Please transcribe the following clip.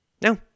no